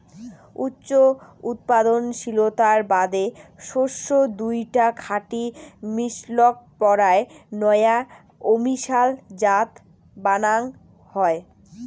উচ্চ উৎপাদনশীলতার বাদে শস্যের দুইটা খাঁটি মিশলক পরায় নয়া অমিশাল জাত বানান হই